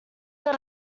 that